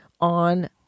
on